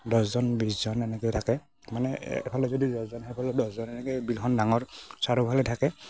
দহজন বিছজন এনেকৈ থাকে মানে এফালে যদি দহজন সিফালেও দহজন এনেকৈ থাকে বিলখন ডাঙৰ চাৰিওফালে থাকে